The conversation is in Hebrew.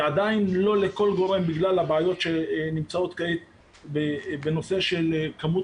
היא עדיין לא לכל גורם בגלל הבעיות שנמצאות כעת בנושא של כמות